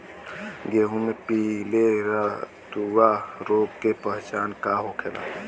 गेहूँ में पिले रतुआ रोग के पहचान का होखेला?